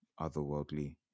otherworldly